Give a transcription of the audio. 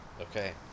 Okay